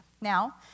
Now